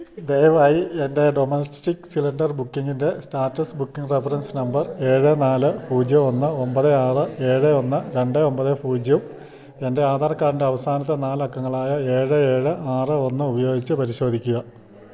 ദയവായി എൻ്റെ domestic cylinder ബുക്കിംഗിൻ്റെ സ്റ്റാറ്റസ് ബുക്കിംഗ് റഫറൻസ് നമ്പർ ഏഴ് നാല് പൂജ്യം ഒന്ന് ഒമ്പത് ആറ് ഏഴ് ഒന്ന് രണ്ട് ഒമ്പത് പൂജ്യം എൻ്റെ ആധാർ കാർഡിൻ്റെ അവസാനത്തെ നാല് അക്കങ്ങളായ ഏഴ് ഏഴ് ആറ് ഒന്ന് ഉപയോഗിച്ചു പരിശോധിക്കുക